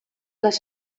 les